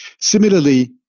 Similarly